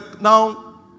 now